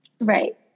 right